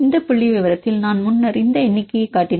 இந்த புள்ளிவிவரத்தில் நான் முன்னர் இந்த எண்ணிக்கையைக் காட்டினேன்